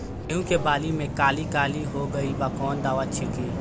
गेहूं के बाली में काली काली हो गइल बा कवन दावा छिड़कि?